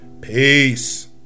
Peace